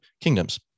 kingdoms